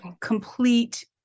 complete